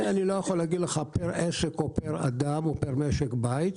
אני לא יכול להגיד פר עסק, אדם או משק בית.